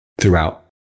throughout